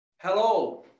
Hello